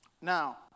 Now